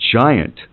giant